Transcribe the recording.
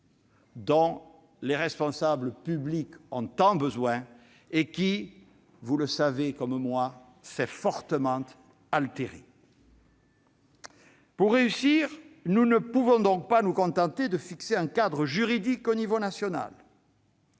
dont les responsables publics ont tant besoin et qui, vous le savez comme moi, s'est fortement altérée. Pour réussir, nous ne pouvons donc pas nous contenter de fixer un cadre juridique national.